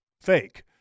fake